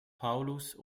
paulus